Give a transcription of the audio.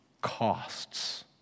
costs